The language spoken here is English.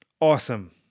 Awesome